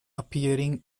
appearing